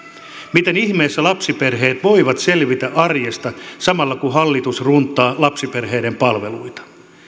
miten ihmeessä lapsiperheet voivat selvitä arjesta samalla kun hallitus runttaa lapsiperheiden palveluita